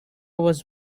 was